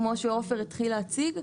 כמו שעופר התחיל להציג,